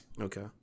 Okay